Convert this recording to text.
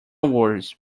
words